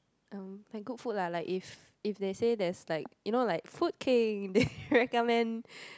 um like good food lah like if if they say there's like you know like Food King they recommend